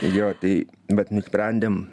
jo tai bet nusprendėm